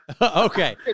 okay